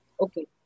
Okay